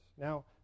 Now